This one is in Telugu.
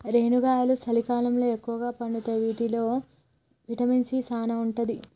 రేనుగాయలు సలికాలంలో ఎక్కుగా పండుతాయి వీటిల్లో విటమిన్ సీ సానా ఉంటది